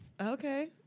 Okay